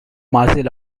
martial